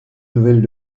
nouvelles